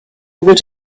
would